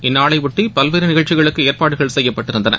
இந்நாளையொட்டி பல்வேறு நிகழ்ச்சிகளுக்கு ஏற்பாடுகள் செய்யப்பட்டிருந்தன